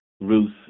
ruth